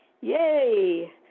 Yay